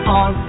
on